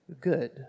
good